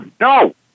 No